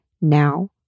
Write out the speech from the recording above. now